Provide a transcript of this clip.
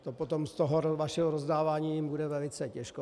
To potom z toho vašeho rozdávání jim bude velice těžko.